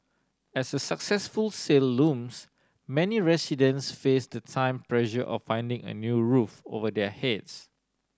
as a successful sale looms many residents face the time pressure of finding a new roof over their heads